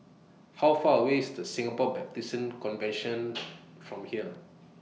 How Far away IS The Singapore Baptist Convention from here